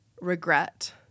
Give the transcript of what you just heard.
regret